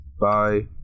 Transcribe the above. Bye